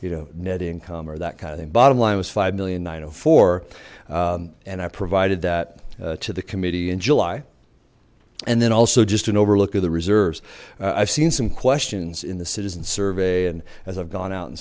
you know net income or that kind of thing bottom line was five million nine oh four and i provided that to the committee in july and then also just an overlook of the reserves i've seen some questions in the citizens survey and as i've gone out and